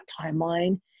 timeline